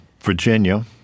Virginia